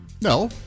No